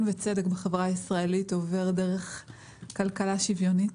וצדק בחברה הישראלית עובר דרך כלכלה שוויונית,